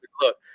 look